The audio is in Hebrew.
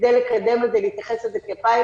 כדי לקדם את זה ולהתייחס לזה כפיילוט,